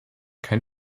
kein